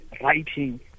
writing